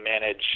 manage